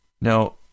Now